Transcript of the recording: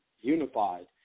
unified